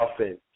offense